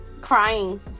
crying